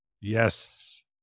Yes